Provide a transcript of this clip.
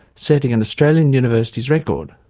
setting an australian universities' record.